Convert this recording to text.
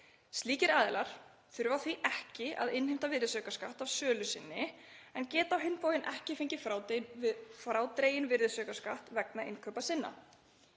Slíkir aðilar þurfa því ekki að innheimta virðisaukaskatt af sölu sinni en geta á hinn bóginn ekki fengið frádreginn virðisaukaskatt vegna innkaupa sinna.